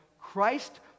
Christ